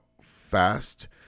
fast